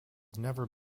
never